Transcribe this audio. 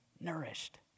nourished